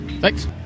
Thanks